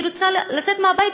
היא רוצה לצאת מהבית,